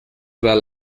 well